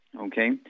okay